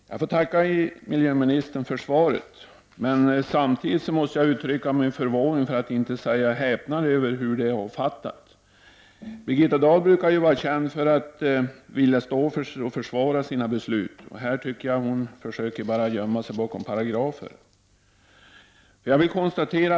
Herr talman! Jag tackar miljöministern för svaret. Men jag måste uttrycka förvåning, för att inte säga häpnad, över hur svaret är avfattat. Birgitta Dahl är ju känd för att vilja stå för och försvara sina beslut. Men här tycker jag att hon bara gömmer sig bakom paragrafer.